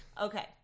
Okay